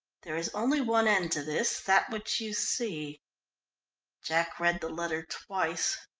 there is only one end to this that which you see jack read the letter twice.